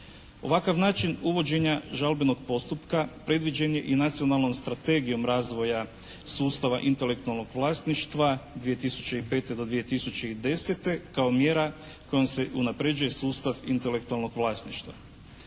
Ovakav način uvođenja žalbenog postupka predviđen je i nacionalnom strategijom razvoja sustava intelektualnog vlasništva 2005. do 2010. kao mjera kojom se unapređuje sustav intelektualnog vlasništva.